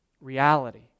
reality